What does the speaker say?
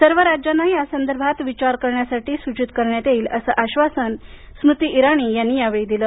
सर्व राज्यांना या संदर्भात विचार करण्यासाठी सूचित करण्यात येईल असं आश्वासन इराणी यांनी यावेळी दिलं